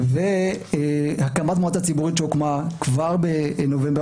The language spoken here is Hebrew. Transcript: והקמת מועצה ציבורית שהוקמה כבר בנובמבר